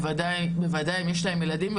בוודאי שאם יש להם ילדים,